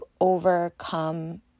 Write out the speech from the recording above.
overcome